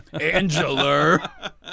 Angela